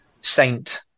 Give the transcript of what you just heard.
saint